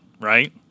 right